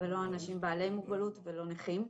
ולא אנשים בעלי מוגבלות ולא נכים.